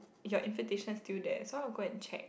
your invitation still there so I'll go and check